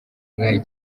iki